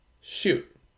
shoot